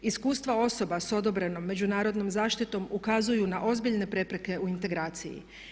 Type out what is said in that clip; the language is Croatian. Iskustva osoba sa odobrenom međunarodnom zaštitom ukazuju na ozbiljne prepreke u integraciji.